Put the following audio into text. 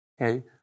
Okay